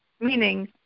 Meaning